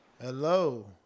Hello